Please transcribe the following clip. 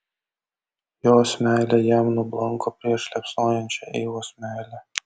jos meilė jam nublanko prieš liepsnojančią eivos meilę